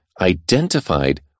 identified